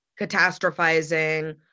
Catastrophizing